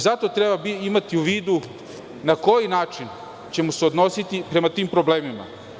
Zato treba imati u vidu na koji način ćemo se odnositi prema tim problemima.